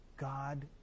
God